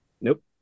Nope